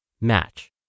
match